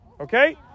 Okay